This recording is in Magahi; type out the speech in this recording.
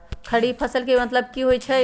खरीफ फसल के की मतलब होइ छइ?